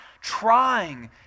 trying